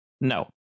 No